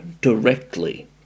directly